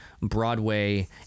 Broadway